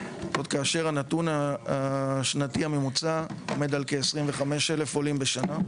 זאת כאשר הנתון השנתי הממוצע עומד על כ-25,000 עולים בשנה,